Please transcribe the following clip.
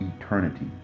eternity